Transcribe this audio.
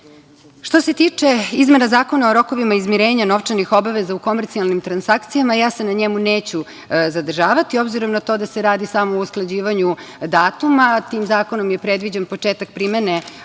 se tiče izmena Zakona o rokovima izmirenja novčanih obaveza u komercijalnim transakcijama, ja se na njemu neću zadržavati, obzirom na to da se radi samo o usklađivanju datuma. Tim zakonom je predviđen početak primene,